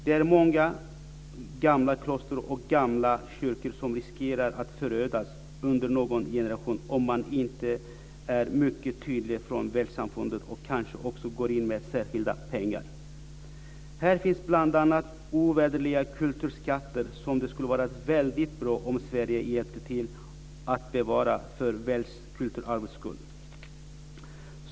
Det är många gamla kloster och gamla kyrkor som riskerar att förödas på någon generation om man inte är mycket tydlig från världssamfundet och kanske också går in med särskilda pengar. Här finns bl.a. ovärderliga kulturskatter som det skulle vara väldigt bra om Sverige hjälpte till att bevara för världskulturarvets skull.